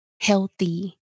healthy